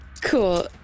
Cool